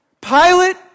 Pilate